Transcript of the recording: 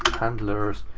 handlers.